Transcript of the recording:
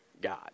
God